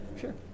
Sure